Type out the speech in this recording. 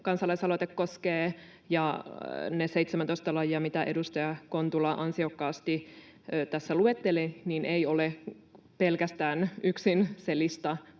kansalaisaloite koskee, ja ne 17 lajia, joita edustaja Kontula ansiokkaasti tässä luetteli, eivät ole pelkästään yksin se lista,